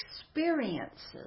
experiences